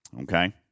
Okay